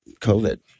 COVID